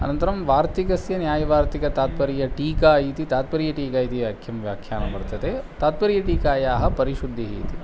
अनन्तरं वार्तिकस्य न्यायवार्तिकतात्पर्यटीका इति तात्पर्यटीका इति आख्यं व्याख्यानं वर्तते तात्पर्यटीकायाः परिशुद्धिः इति